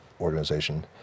organization